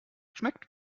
schmeckt